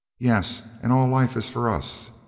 yes, and all life is for us.